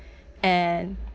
and